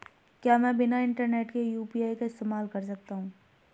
क्या मैं बिना इंटरनेट के यू.पी.आई का इस्तेमाल कर सकता हूं?